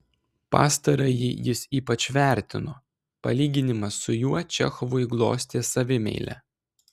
pastarąjį jis ypač vertino palyginimas su juo čechovui glostė savimeilę